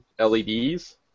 LEDs